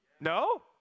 No